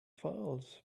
files